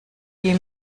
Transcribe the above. die